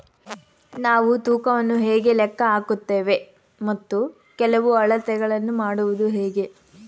ನಾವು ತೂಕವನ್ನು ಹೇಗೆ ಲೆಕ್ಕ ಹಾಕುತ್ತೇವೆ ಮತ್ತು ಕೆಲವು ಅಳತೆಗಳನ್ನು ಮಾಡುವುದು ಹೇಗೆ?